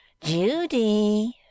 Judy